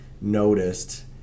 noticed